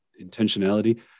intentionality